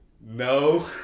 No